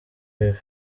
bibi